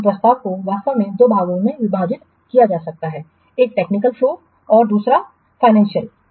तो प्रस्ताव को वास्तव में दो भागों में विभाजित किया जा सकता है एक टेक्निकल फ्लो का हिस्सा दूसरा फाइनेंसियल भाग